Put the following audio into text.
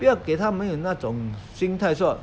不要给他们那种心态说